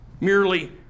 Merely